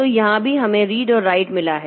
तो यहाँ भी हमें रीड और राइट मिला है